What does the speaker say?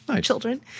children